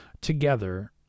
together